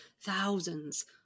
thousands